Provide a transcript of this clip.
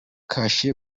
kashe